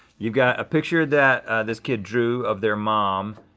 you got a picture that this kid drew of their mom.